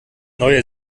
neue